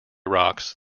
rocks